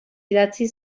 idatzi